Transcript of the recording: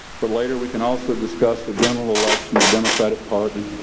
but later, we can also discuss the general election, the democratic party.